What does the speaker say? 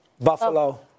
Buffalo